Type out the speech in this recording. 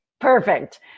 Perfect